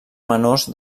menors